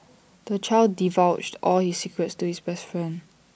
the child divulged all his secrets to his best friend